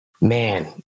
Man